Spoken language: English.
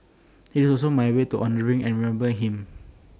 IT is also my way to honouring and remembering him